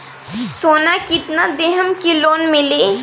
सोना कितना देहम की लोन मिली?